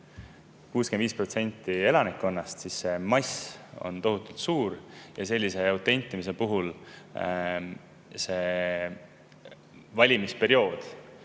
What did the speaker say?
65% elanikkonnast, siis see mass on tohutult suur ja sellise autentimise puhul valimisperiood